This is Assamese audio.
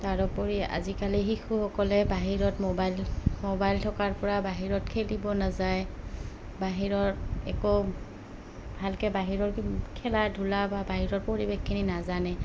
তাৰোপৰি আজিকালি শিশুসকলে বাহিৰত মোবাইল মোবাইল থকাৰ পৰা বাহিৰত খেলিব নাযায় বাহিৰৰ একো ভালকৈ বাহিৰৰ খেলা ধূলা বা বাহিৰৰ পৰিৱেশখিনি নাজানে